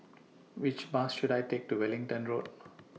Which Bus should I Take to Wellington Road